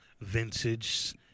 vintage